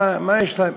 מה יש להם?